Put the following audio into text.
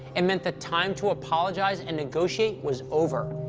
it meant the time to apologize and negotiate was over.